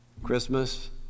Christmas